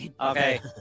Okay